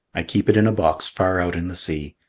i keep it in a box far out in the sea.